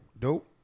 dope